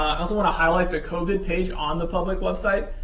i also want to highlight the covid page on the public website.